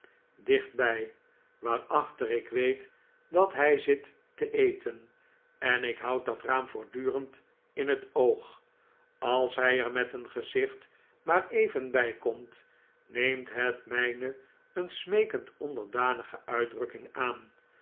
dichtbij waarachter ik weet dat hij zit te eten en ik houd dat raam voortdurend in het oog als hij er met zijn gezicht maar even bij komt neemt het mijne een smeekend onderdanige uitdrukking aan